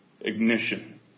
ignition